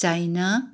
China